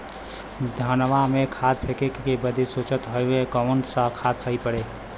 धनवा में खाद फेंके बदे सोचत हैन कवन खाद सही पड़े?